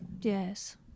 yes